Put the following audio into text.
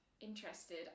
interested